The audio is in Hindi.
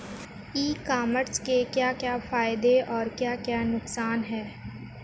ई कॉमर्स के क्या क्या फायदे और क्या क्या नुकसान है?